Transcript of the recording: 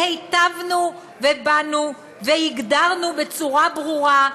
והטבנו ובאנו והגדרנו בצורה ברורה,